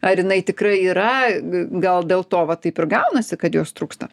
ar jinai tikrai yra g gal dėl to vat taip ir gaunasi kad jos trūksta